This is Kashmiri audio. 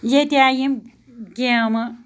ییٚتہِ آیہِ یم گیمہٕ